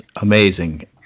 amazing